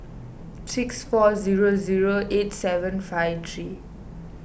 six four zero zero eight seven five three